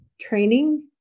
training